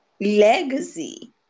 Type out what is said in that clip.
Legacy